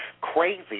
crazy